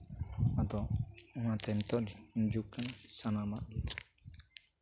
ᱟᱫᱚ ᱚᱱᱟᱛᱮ ᱱᱤᱛᱚᱜ ᱡᱩᱜᱽ ᱠᱟᱱᱟ ᱥᱟᱱᱟᱢᱟᱜ ᱜᱮ